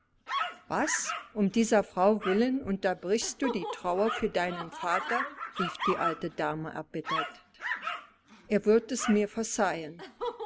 was um dieser frau willen unterbrichst du die trauer für deinen vater rief die alte dame erbittert er wird es mir verzeihen